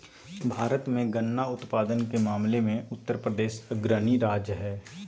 भारत मे गन्ना उत्पादन के मामले मे उत्तरप्रदेश अग्रणी राज्य हय